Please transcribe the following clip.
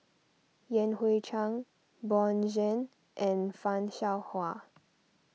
Yan Hui Chang Bjorn Shen and Fan Shao Hua